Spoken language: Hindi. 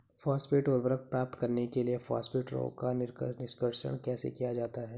फॉस्फेट उर्वरक प्राप्त करने के लिए फॉस्फेट रॉक का निष्कर्षण कैसे किया जाता है?